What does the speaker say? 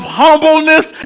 humbleness